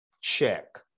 check